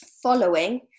following